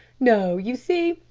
no. you see,